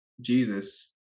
Jesus